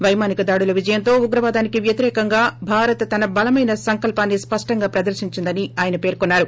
పైమానిక దాడుల విజయంతో ఉగ్రవాదానికి వ్యతిరేకంగా భారత్ తన బలమైన సంకల్పాన్ని స్పష్టంగా ప్రదర్శించిందని ఆయన పేర్కొన్నారు